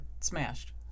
smashed